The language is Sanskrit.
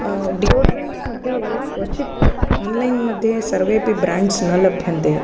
डियोड्रन्ट्स् मध्ये क्वचित् आन्लैन् मध्ये सर्वेपि ब्रेन्ड्स् न लभ्यन्ते